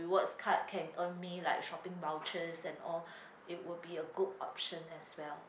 rewards card can earn me like shopping vouchers and all it would be a good option as well